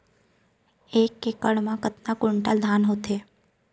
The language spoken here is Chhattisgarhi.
एक एकड़ खेत मा कतका क्विंटल धान होथे?